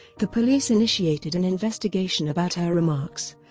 the police initiated an investigation about her remarks,